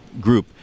group